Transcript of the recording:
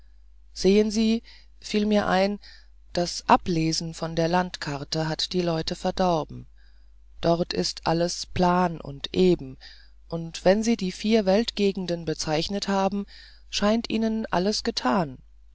sehen sie fiel mir ein das ablesen von der landkarte hat die leute verdorben dort ist alles plan und eben und wenn sie die vier weltgegenden bezeichnet haben scheint ihnen alles getan